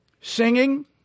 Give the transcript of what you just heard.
Singing